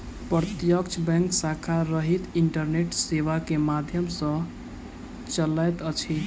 प्रत्यक्ष बैंक शाखा रहित इंटरनेट सेवा के माध्यम सॅ चलैत अछि